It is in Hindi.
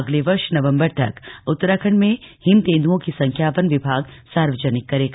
अगले वर्ष नवम्बर तक उत्तराखंड में हिम तेन्दुओ की संख्या वन विभाग सार्वजनिक करेगा